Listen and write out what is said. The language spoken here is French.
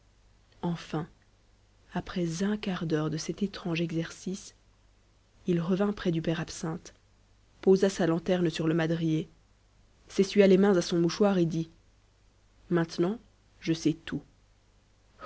enfin après un quart d'heure de cet étrange exercice il revint près du père absinthe posa sa lanterne sur le madrier s'essuya les mains à son mouchoir et dit maintenant je sais tout